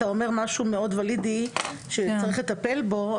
אתה אומר משהו מאוד ולידי שצריך לטפל בו,